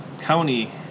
county